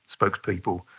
spokespeople